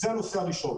זה הנושא הראשון.